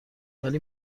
ولی